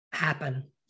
Happen